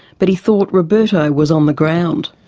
but he thought roberto was on the ground.